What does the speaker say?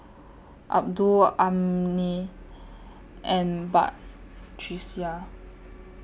Abdul Ummi and Batrisya